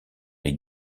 les